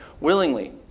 willingly